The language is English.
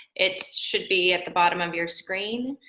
it should be at the bottom of your screen.